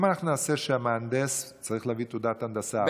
אם אנחנו נעשה שהמהנדס צריך להביא תעודת הנדסה.